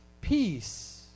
peace